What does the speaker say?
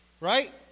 Right